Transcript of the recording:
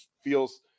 feels